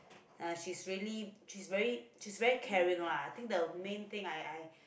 uh she's really she's very she's very caring lah I think the main thing I I